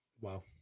Wow